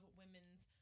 women's